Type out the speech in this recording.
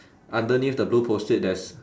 underneath the blue Post-it there's